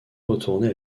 retourner